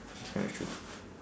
kinda true